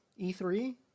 E3